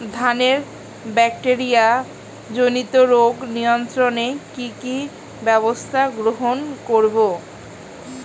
ধানের ব্যাকটেরিয়া জনিত রোগ নিয়ন্ত্রণে কি কি ব্যবস্থা গ্রহণ করব?